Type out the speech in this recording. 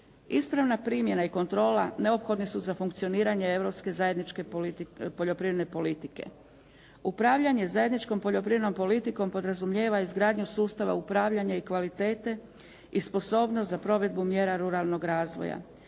Ispravna primjena i kontrola neophodne su za funkcioniranje europske zajedničke poljoprivredne politike. Upravljanje zajedničkom poljoprivrednom politikom podrazumijeva izgradnju sustava upravljanja i kvalitete i sposobnost za provedbu mjera ruralnog razvoja.